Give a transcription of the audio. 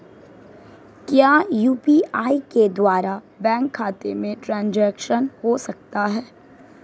क्या यू.पी.आई के द्वारा बैंक खाते में ट्रैन्ज़ैक्शन हो सकता है?